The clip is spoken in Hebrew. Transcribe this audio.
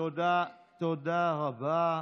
תודה רבה.